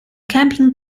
camping